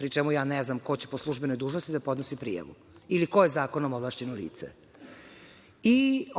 pri čemu ne znam ko će po službenoj dužnosti da podnosi prijavu ili ko je zakonom ovlašćeno lice.